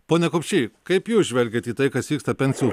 pone kupšy kaip jūs žvelgiat į tai kas vyksta pensijų